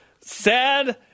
sad